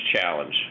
challenge